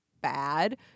bad